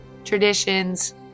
traditions